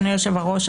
אדוני היושב-ראש,